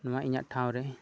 ᱱᱚᱣᱟ ᱤᱧᱟᱹᱜ ᱴᱷᱟᱶ ᱨᱮ